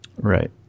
Right